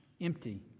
empty